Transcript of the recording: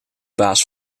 baas